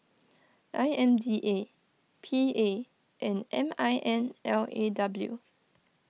I M D A P A and M I N L A W